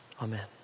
Amen